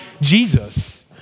Jesus